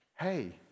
hey